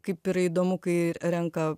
kaip yra įdomu kai renka